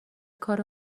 کار